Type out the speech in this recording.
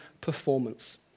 performance